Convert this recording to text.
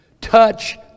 touch